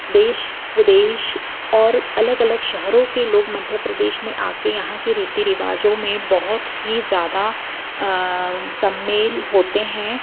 देश विदेश और अलग अलग शहरों के लोग मध्य प्रदेश में आके यहाँ के रीति रिवाजों में बहोत ही ज़ादा सम्मिलित होते हैं